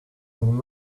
own